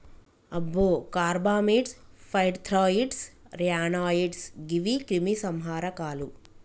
అబ్బో carbamates, pyrethroids, ryanoids గీవి క్రిమి సంహారకాలు